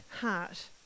heart